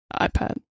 ipad